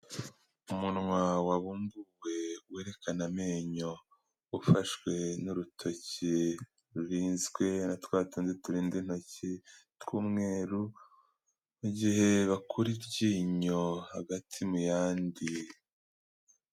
Umunwa wabumbuwe werekana amenyo, ufashwe n'urutoki rurinzwe na twa tundi turinda intoki tw'umweru mu gihe bakura iryinyo hagati mu yandi.